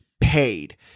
paid